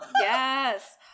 Yes